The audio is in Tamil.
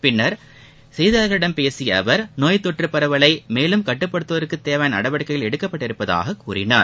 பின்னர் செய்தியாளர்களிடம் பேசிய அவர் நோய் தொற்றுப் பரவலை மேலும் கட்டுப்படுத்துவதற்கு தேவையான நடவடிக்கைகள் எடுக்கப்பட்டிருப்பதாக கூறினார்